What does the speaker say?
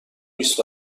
بیست